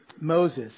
Moses